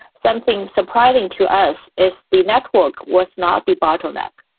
something surprising to us is the network was not the bottleneck.